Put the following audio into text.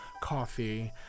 coffee